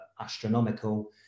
astronomical